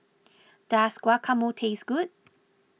does Guacamole taste good